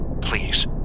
please